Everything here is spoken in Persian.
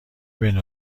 بین